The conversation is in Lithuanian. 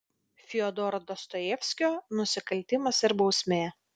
fiodoro dostojevskio nusikaltimas ir bausmė